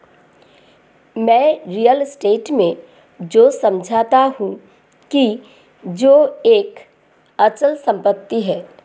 मैं real estate से यह समझता हूं कि यह एक अचल संपत्ति है